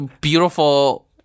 beautiful